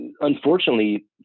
Unfortunately